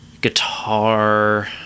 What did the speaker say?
Guitar